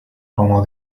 como